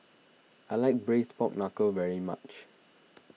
I like Braised Pork Knuckle very much